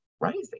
rising